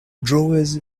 drawers